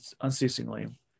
unceasingly